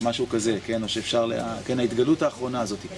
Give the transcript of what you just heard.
משהו כזה, כן, או שאפשר לה... כן, ההתגלות האחרונה הזאת.